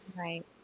Right